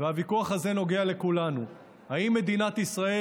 הוויכוח הזה נוגע לכולנו: האם מדינת ישראל